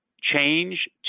change